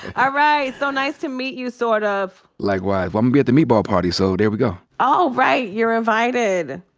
ah right. so nice to meet you, sort of. likewise. well, i'm gonna be at the meatball party, so there we go. oh, right. you're invited.